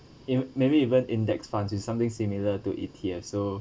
in maybe even index funds in something similar to E_T_F so